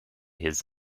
his